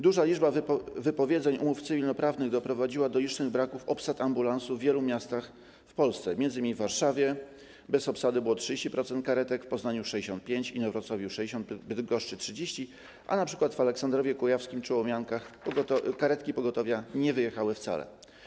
Duża liczba wypowiedzeń umów cywilnoprawnych doprowadziła do licznych braków obsad ambulansów w wielu miastach w Polsce, m.in. w Warszawie bez obsady było 30% karetek, w Poznaniu - 65, Inowrocławiu - 60, Bydgoszczy - 30, a np. w Aleksandrowie Kujawskim czy Łomiankach karetki pogotowia nie wyjechały wcale.